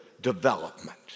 development